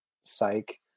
Psych